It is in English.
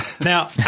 Now